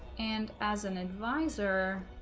and as an advisor